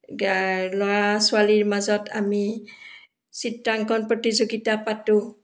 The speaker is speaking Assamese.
ল'ৰা ছোৱালীৰ মাজত আমি চিত্ৰাংকণ প্ৰতিযোগিতা পাতোঁ